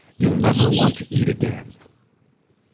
you'll never want to eat again